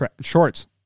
Shorts